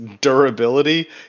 durability